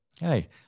hey